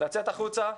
לצאת החוצה,